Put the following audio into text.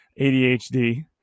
ADHD